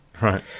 Right